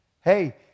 Hey